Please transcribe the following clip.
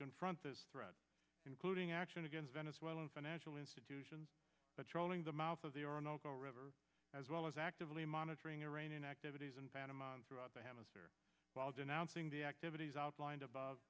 confront this thread including action against venezuelan financial institutions trolling the mouth of the orinoco river as well as actively monitoring iranian activities in panama throughout the hemisphere while denouncing the activities outlined above